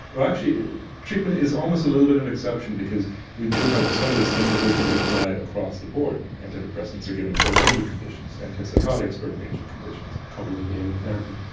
actually treatment is almost a little bit an exception because we do have some of the same tools that we apply across the board. antidepressants are given for a range of conditions, antipsychotics for a range of conditions. cognitive behavioural therapy.